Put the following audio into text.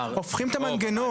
הופכים את המנגנון.